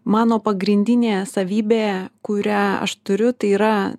mano pagrindinė savybė kurią aš turiu tai yra